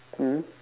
mm